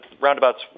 roundabouts